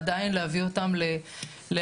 ועדיין להביא אותם להרצאות.